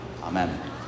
Amen